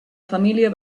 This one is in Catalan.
família